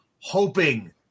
hoping